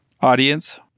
audience